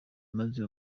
maze